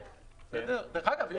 דרך אגב,